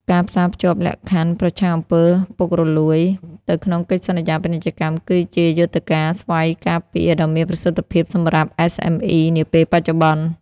ការផ្សារភ្ជាប់លក្ខខណ្ឌ "ប្រឆាំងអំពើពុករលួយ" ទៅក្នុងកិច្ចសន្យាពាណិជ្ជកម្ម គឺជាយន្តការស្វ័យការពារដ៏មានប្រសិទ្ធភាពសម្រាប់ SME នាពេលបច្ចុប្បន្ន។